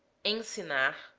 ensinar,